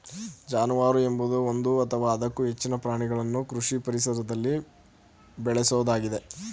ಜಾನುವಾರು ಎಂಬುದು ಒಂದು ಅಥವಾ ಅದಕ್ಕೂ ಹೆಚ್ಚಿನ ಪ್ರಾಣಿಗಳನ್ನು ಕೃಷಿ ಪರಿಸರದಲ್ಲಿ ಬೇಳೆಸೋದಾಗಿದೆ